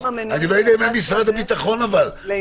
בדיוק, אני לא יודע אם הם משרד הביטחון, תמי.